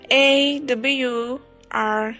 awr